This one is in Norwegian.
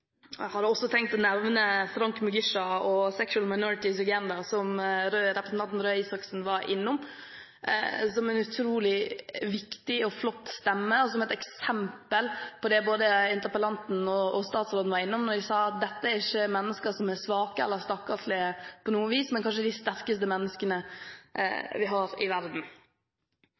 Frank Mugisha og Sexual Minorities Uganda, som også representanten Røe Isaksen var innom, som en utrolig viktig og flott stemme. Det er eksempel på det både interpellanten og statsråden var inne på, at dette er ikke mennesker som er svake eller stakkarslige på noe vis, men de er kanskje de sterkeste menneskene vi har i verden.